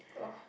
!wah!